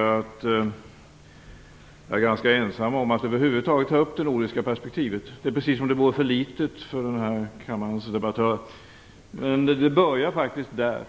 Herr talman! Jag noterar att jag är ganska ensam om att över huvud taget ta upp det nordiska perspektivet. Det är precis som om det vore för litet för kammarens debattörer. Men det hela börjar faktiskt där.